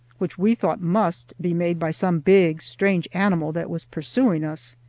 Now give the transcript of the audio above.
which we thought must be made by some big strange animal that was pursuing us.